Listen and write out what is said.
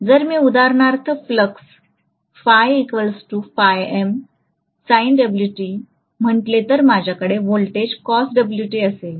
जर मी उदाहरणार्थ फ्लक्स म्हटले तर माझ्याकडे व्होल्टेज असेल